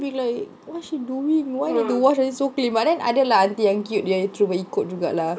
be like what she doing why you wash until so clean like but then ada lah aunty yang cute lah cuba ikut juga lah